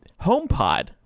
HomePod